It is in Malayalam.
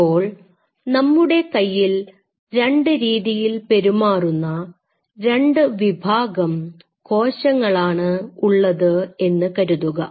ഇപ്പോൾ നമ്മുടെ കയ്യിൽ രണ്ട് രീതിയിൽ പെരുമാറുന്ന രണ്ടു വിഭാഗം കോശങ്ങളാണ് ഉള്ളത് എന്ന് കരുതുക